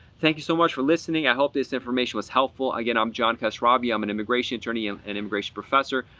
thank you so much for listening, i hope this information was helpful. again, i'm john khosravi, i'm an immigration attorney and and immigration professor,